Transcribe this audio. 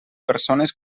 persones